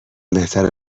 بهتره